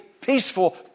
peaceful